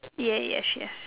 yeah yeah she has